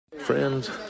Friends